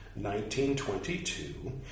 1922